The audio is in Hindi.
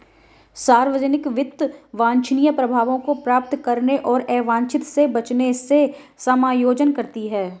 सार्वजनिक वित्त वांछनीय प्रभावों को प्राप्त करने और अवांछित से बचने से समायोजन करती है